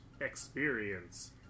experience